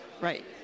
right